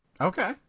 Okay